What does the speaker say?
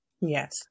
Yes